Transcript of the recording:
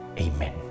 Amen